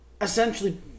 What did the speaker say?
essentially